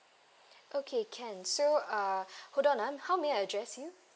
okay can so uh hold on ah how may I address you